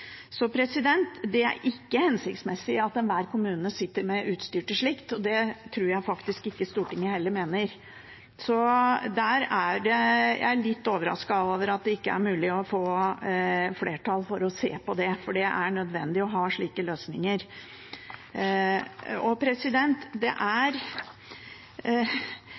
Det er ikke hensiktsmessig at enhver kommune sitter med utstyr til slikt, og det tror jeg heller ikke Stortinget mener. Så jeg er litt overrasket over at det ikke er mulig å få flertall for å se på det, for det er nødvendig å ha slike løsninger. Jeg skjønner at flere representanter henger seg mest opp i at det er